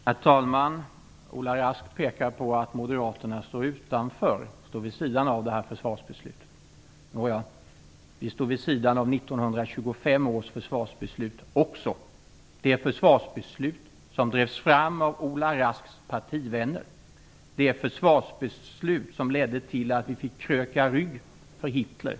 Herr talman! Ola Rask pekar på att Moderaterna står utanför och vid sidan av försvarsbeslutet. Vi stod vid sidan av 1925 års försvarsbeslut också - det försvarsbeslut som drevs fram av Ola Rasks partivänner. Det var det försvarsbeslut som ledde till att vi fick kröka rygg för Hitler.